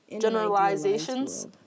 generalizations